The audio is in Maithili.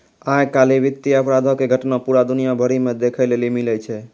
आइ काल्हि वित्तीय अपराधो के घटना पूरा दुनिया भरि मे देखै लेली मिलै छै